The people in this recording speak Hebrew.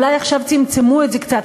אולי עכשיו צמצמו את זה קצת,